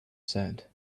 sad